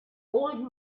old